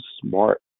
smart